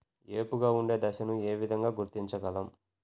ఏపుగా ఉండే దశను ఏ విధంగా గుర్తించగలం?